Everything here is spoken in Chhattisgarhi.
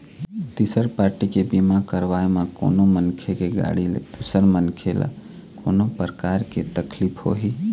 तिसर पारटी के बीमा करवाय म कोनो मनखे के गाड़ी ले दूसर मनखे ल कोनो परकार के तकलीफ होही